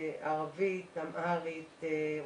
ערבית, אמהרית, רוסית,